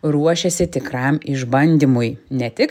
ruošiasi tikram išbandymui ne tik